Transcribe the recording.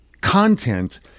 content